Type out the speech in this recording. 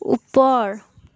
ওপৰ